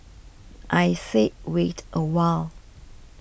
I say wait a while